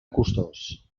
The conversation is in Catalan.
costós